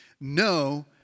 No